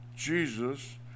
Jesus